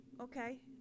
Okay